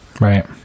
Right